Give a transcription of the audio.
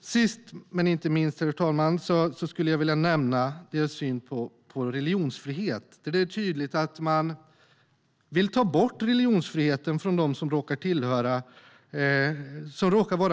Sist men inte minst skulle jag vilja nämna deras syn på religionsfrihet. Det är tydligt att de vill ta bort religionsfriheten för dem som råkar vara muslimer.